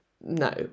no